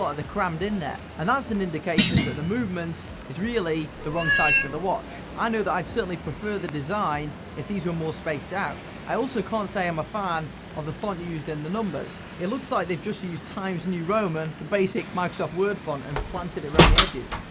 ah crammed in there, and that's an indication that the movement is really the wrong size for the watch. i know that i'd certainly prefer the design if these were more spaced out. i also can't say i'm a fan of the font used in the numbers. it looks like they've just used times new roman, the basic microsoft word font, and planted it round the edges.